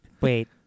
Wait